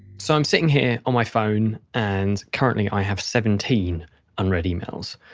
so, i'm sitting here, on my phone, and currently i have seventeen unread emails.